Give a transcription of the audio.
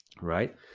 right